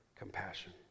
Compassion